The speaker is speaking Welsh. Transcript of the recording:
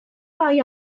bai